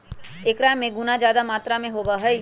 एकरा में गुना जादा मात्रा में होबा हई